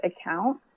account